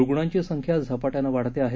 रुग्णांची संख्या झपाट्यानं वाढते आहे